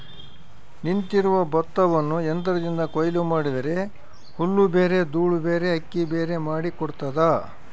ನಿಂತಿರುವ ಭತ್ತವನ್ನು ಯಂತ್ರದಿಂದ ಕೊಯ್ಲು ಮಾಡಿದರೆ ಹುಲ್ಲುಬೇರೆ ದೂಳುಬೇರೆ ಅಕ್ಕಿಬೇರೆ ಮಾಡಿ ಕೊಡ್ತದ